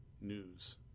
news